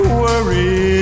worry